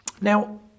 Now